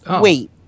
Wait